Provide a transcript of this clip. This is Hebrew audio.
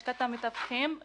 למה הבאתם את זה שוב,